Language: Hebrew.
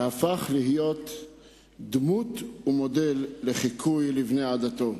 והפך להיות דמות ומודל לחיקוי לבני עדתו.